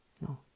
No